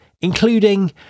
including